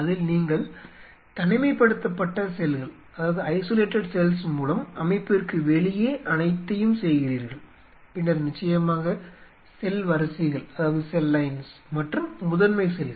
அதில் நீங்கள் தனிமைப்படுத்தப்பட்ட செல்கள் மூலம் அமைப்பிற்கு வெளியே அனைத்தையும் செய்கிறீர்கள் பின்னர் நிச்சயமாக செல் வரிசைகள் மற்றும் முதன்மை செல்கள்